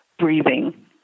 breathing